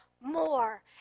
more